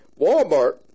Walmart